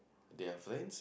they're friends